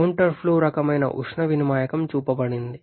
counter flow రకమైన ఉష్ణ వినిమాయకం చూపబడింది